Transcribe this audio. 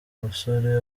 musore